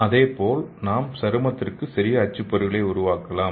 இதேபோல் நாம் சருமத்திற்கு சிறிய அச்சுப்பொறிகளை உருவாக்கலாம்